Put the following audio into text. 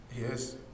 Yes